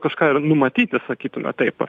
kažką ir numatyti sakytume taip